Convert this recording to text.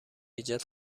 ایجاد